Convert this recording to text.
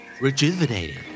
Rejuvenated